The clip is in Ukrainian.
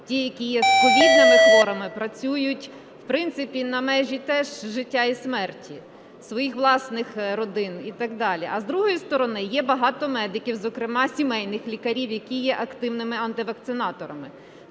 ті, які є, з ковідними хворими, працюють, в принципі, на межі теж життя і смерті своїх власних родин і так далі. А, з другої сторони, є багато медиків, зокрема сімейних лікарів, які є активними антивакцинаторами.